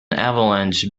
avalanche